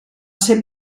ser